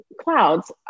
clouds